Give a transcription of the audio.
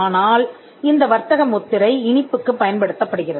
ஆனால் இந்த வர்த்தக முத்திரை இனிப்புக்கு பயன்படுத்தப்படுகிறது